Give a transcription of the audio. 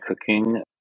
cooking